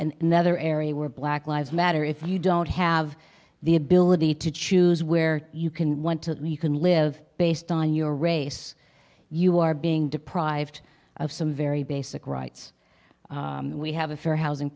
the other area where black lives matter if you don't have the ability to choose where you can want to you can live based on your race you are being deprived of some very basic rights and we have a fair housing